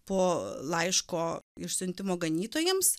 po laiško išsiuntimo ganytojams